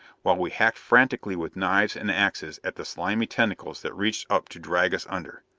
while we hacked frantically with knives and axes at the slimy tentacles that reached up to drag us under.